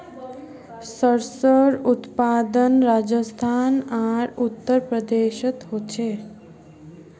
सर्सोंर उत्पादन राजस्थान आर उत्तर प्रदेशोत होचे